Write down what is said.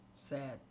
sad